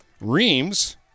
Reams